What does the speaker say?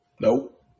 Nope